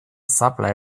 zapla